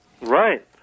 Right